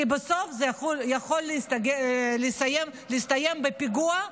כי בסוף זה יכול להסתיים בפיגוע,